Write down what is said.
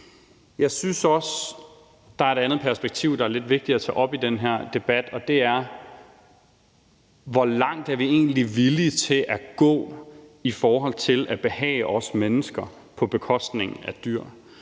Jeg synes også, at der er et andet perspektiv, der er lidt vigtigt at tage op i den her debat, og det er, hvor langt vi egentlig er villige til at gå i forhold til at behage os mennesker på bekostning af dyr.